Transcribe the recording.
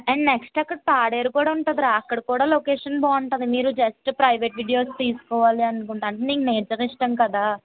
and next అక్కడ తాడేరు కూడా ఉంటుందిరా అక్కడ కూడా లొకేషన్ బాగుంటుంది మీరు జస్ట్ ప్రైవేట్ వీడియోస్ తీసుకోవాలి అనుకుంటే అంటే నీకు నేచర్ ఇష్టం కదా